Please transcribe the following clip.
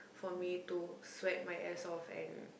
for me to sweat my ass off and